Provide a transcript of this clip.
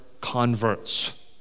converts